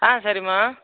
ஆ சரிம்மா